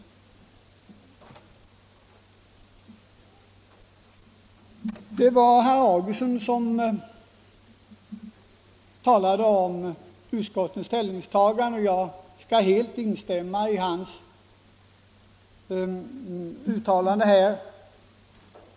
Herr Augustsson redogjorde för utskottets ställningstagande, och jag vill helt instämma i hans uttalande.